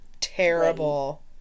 Terrible